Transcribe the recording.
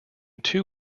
two